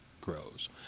grows